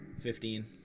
Fifteen